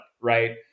right